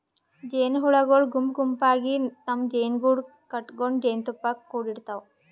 ಜೇನಹುಳಗೊಳ್ ಗುಂಪ್ ಗುಂಪಾಗಿ ತಮ್ಮ್ ಜೇನುಗೂಡು ಕಟಗೊಂಡ್ ಜೇನ್ತುಪ್ಪಾ ಕುಡಿಡ್ತಾವ್